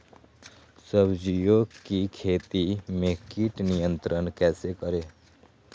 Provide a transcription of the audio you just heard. सब्जियों की खेती में कीट नियंत्रण कैसे करें?